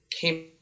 came